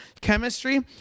chemistry